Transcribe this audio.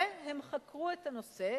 והם חקרו את הנושא